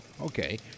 Okay